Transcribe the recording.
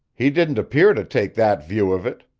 he didn't appear to take that view of it.